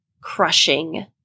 crushing